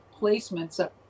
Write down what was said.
placements